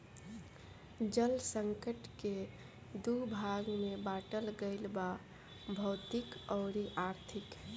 जल संकट के दू भाग में बाटल गईल बा भौतिक अउरी आर्थिक